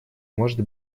может